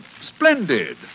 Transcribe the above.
Splendid